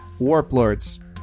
warplords